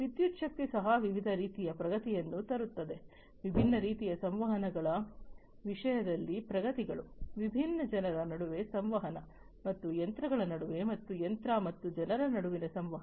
ವಿದ್ಯುತ್ ಶಕ್ತಿ ಸಹ ವಿವಿಧ ರೀತಿಯ ಪ್ರಗತಿಯನ್ನು ತರುತ್ತದೆ ವಿಭಿನ್ನ ರೀತಿಯ ಸಂವಹನಗಳ ವಿಷಯದಲ್ಲಿ ಪ್ರಗತಿಗಳು ವಿಭಿನ್ನ ಜನರ ನಡುವೆ ಸಂವಹನ ವಿಭಿನ್ನ ಯಂತ್ರಗಳ ನಡುವೆ ಮತ್ತು ಯಂತ್ರ ಮತ್ತು ಜನರ ನಡುವಿನ ಸಂವಹನ